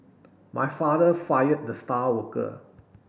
my father fired the star worker